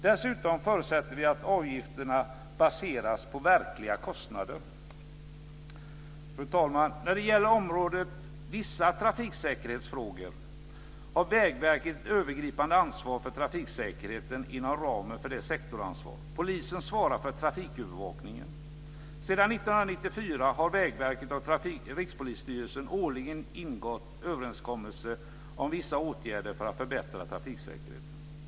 Dessutom förutsätter vi att avgifterna baseras på verkliga kostnader. Fru talman! När det gäller området Vissa trafiksäkerhetsfrågor har Vägverket ett övergripande ansvar för trafiksäkerheten inom ramen för sitt sektorsansvar. Polisen svarar för trafikövervakningen. Sedan 1994 har Vägverket och Rikspolisstyrelsen årligen ingått överenskommelser om vissa åtgärder för att förbättra trafiksäkerheten.